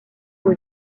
aux